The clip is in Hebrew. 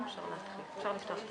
לפתוח את